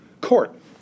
court